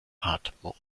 atmung